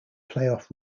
playoff